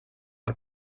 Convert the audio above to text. per